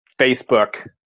Facebook